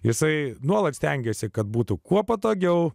jisai nuolat stengiasi kad būtų kuo patogiau